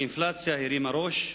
האינפלציה הרימה ראש,